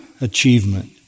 achievement